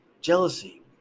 jealousy